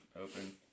Open